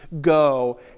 go